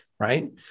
right